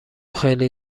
خیلی